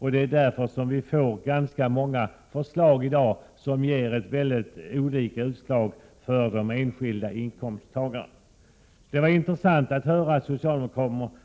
Det är kanske därför som vi i dag får ganska många förslag som ger mycket olika effekt för enskilda inkomsttagare. Det var intressant att höra att